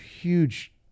huge